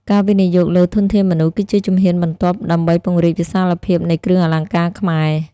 ការវិនិយោគលើធនធានមនុស្ស គឺជាជំហានបន្ទាប់ដើម្បីពង្រីកវិសាលភាពនៃគ្រឿងអលង្ការខ្មែរ។